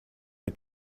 mit